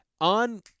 On